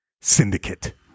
syndicate